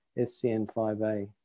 SCN5A